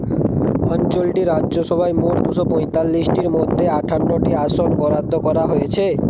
অঞ্চলটি রাজ্যসভায় মোট দুশো পঁয়তাল্লিশটির মধ্যে আটান্নটি আসন বরাদ্দ করা হয়েছে